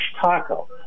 taco